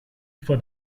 for